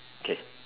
K